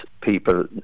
people